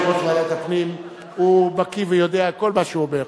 יושב-ראש ועדת הפנים בקי ויודע כל מה שהוא אומר,